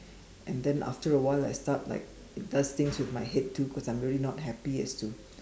and then after a while I thought like it does things to my head too cause I'm not very happy as to